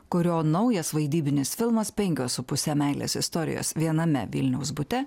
kurio naujas vaidybinis filmas penkios su puse meilės istorijos viename vilniaus bute